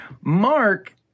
Mark